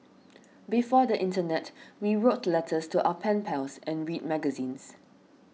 before the internet we wrote letters to our pen pals and read magazines